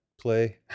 play